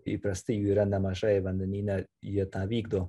įprastai jų yra nemažai vandenyne jie tą vykdo